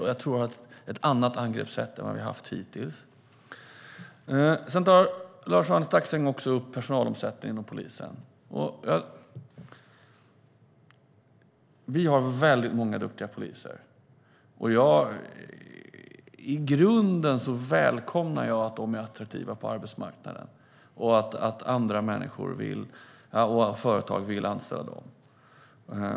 Och jag tror att vi måste ha ett annat angreppssätt än vad vi har haft hittills. Sedan tar Lars-Arne Staxäng upp personalomsättningen inom polisen. Vi har väldigt många duktiga poliser. I grunden välkomnar jag att de är attraktiva på arbetsmarknaden och att andra människor och företag vill anställa dem.